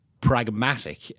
pragmatic